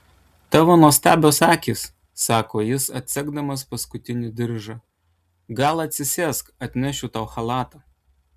tavo nuostabios akys sako jis atsegdamas paskutinį diržą gal atsisėsk atnešiu tau chalatą